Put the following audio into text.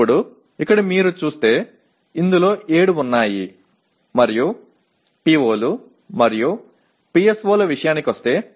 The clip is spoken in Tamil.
இப்போது இங்கே பார்த்தால் இதில் 7 உள்ளன மற்றும் POக்கள் மற்றும் PSO க்களுக்கு வருவது PO1 மட்டுமே